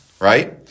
right